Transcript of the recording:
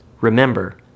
Remember